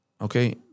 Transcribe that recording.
okay